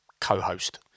co-host